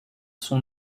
son